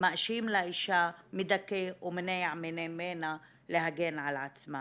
מאשים לאישה, מדכא ומונע ממנה להגן על עצמה.